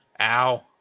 Ow